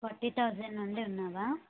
forty thousand నుండి ఉన్నాదా